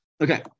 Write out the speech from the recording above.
Okay